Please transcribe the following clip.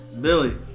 Billy